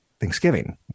Thanksgiving